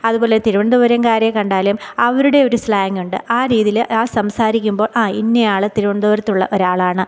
അതുപോലെ തിരുവനന്തപുരംകാരെ കണ്ടാലും അവരുടെയൊരു സ്ലാങ്ങ് ഉണ്ട് ആ രീതിയിൽ ആ സംസാരിക്കുമ്പോൾ ആ ഇന്നയാൾ തിവനന്തപുരത്തുള്ള ഒരാളാണ്